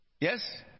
Yes